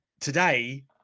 today